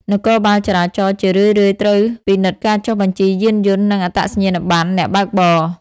នគរបាលចរាចរណ៍ជារឿយៗត្រួតពិនិត្យការចុះបញ្ជីយានយន្ត និងអត្តសញ្ញាណប័ណ្ណអ្នកបើកបរ។